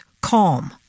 calm